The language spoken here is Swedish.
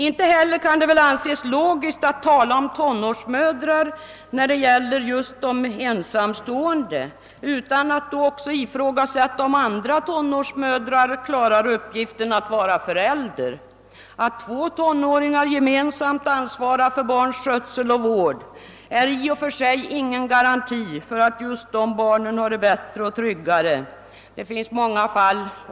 Inte heller kan det anses logiskt att tala om tonårsmödrar när det gäller just de ensamstående utan att då också ifrågasätta om andra tonårsmödrar klarar uppgiften att vara förälder. Att två tonåringar gemensamt ansvarar för barns skötsel och vård är i och för sig ingen garanti för att just de barnen har det bättre och tryggare.